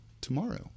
tomorrow